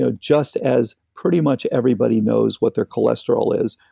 ah just as pretty much everybody knows what their cholesterol is,